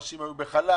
אנשים היו בחל"ת,